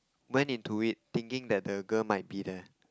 went into it thinking that the girl might be there